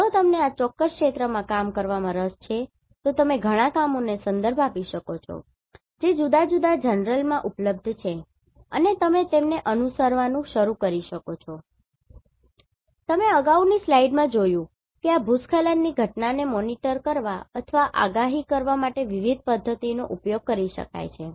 જો તમને આ ચોક્કસ ક્ષેત્રમાં કામ કરવામાં રસ છે તો તમે ઘણાં કામોનો સંદર્ભ આપી શકો છો જે જુદા જુદા જર્નલમાં ઉપલબ્ધ છે અને તમે તેમને અનુસરવાનું શરૂ કરી શકો છો તમે અગાઉની સ્લાઇડમાં જોયું છે કે આ ભૂસ્ખલનની ઘટનાને મોનિટર કરવા અથવા આગાહી કરવા માટે વિવિધ પદ્ધતિઓનો ઉપયોગ કરી શકાય છે